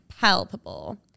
Palpable